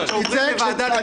אני אתן לך